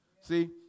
See